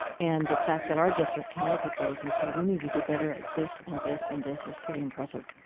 and the fact that our district can look at those and say, we need to do better at this, and this, and this, is pretty impressive.